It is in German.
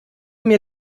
mir